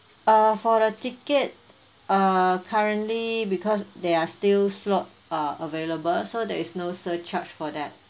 uh for the ticket uh currently because there are still slots uh available so there is no surcharge for that